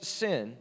sin